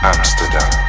Amsterdam